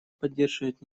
поддерживает